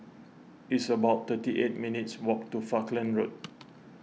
it's about thirty eight minutes' walk to Falkland Road